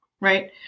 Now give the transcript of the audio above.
right